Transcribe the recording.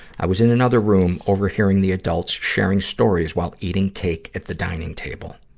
i was in another room, overhearing the adults sharing stories, while eating cake at the dining table.